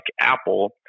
Apple